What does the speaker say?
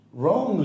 wrong